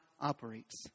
operates